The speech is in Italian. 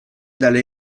dalle